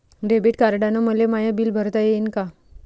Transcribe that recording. Debit कार्डानं मले my bill भरता येईन का?